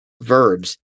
verbs